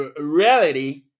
reality